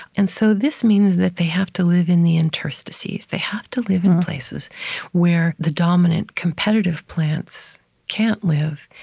and so this means that they have to live in the interstices. they have to live in places where the dominant competitive plants can't live.